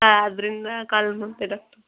ಆದರಿಂದ ಕಾಲ್ ಮಾಡಿದೆ ಡಾಕ್ಟರ್